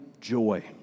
joy